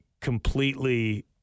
completely